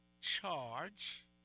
charge